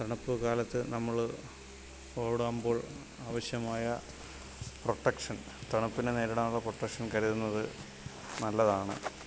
തണുപ്പ് കാലത്ത് നമ്മള് ഓടുമ്പോൾ ആവശ്യമായ പ്രൊട്ടക്ഷൻ തണുപ്പിനെ നേരിടാനുള്ള പ്രൊട്ടക്ഷൻ കരുതുന്നത് നല്ലതാണ്